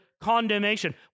condemnation